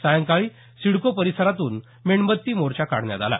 सायंकाळी सिडको परिसरातून मेणबत्ती मोर्चा काढण्यात आला